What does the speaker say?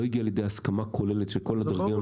הוא לא הגיע לידי הסכמה כוללת של כל הגורמים המקצועיים.